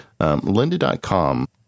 lynda.com